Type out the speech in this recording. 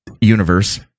universe